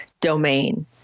domain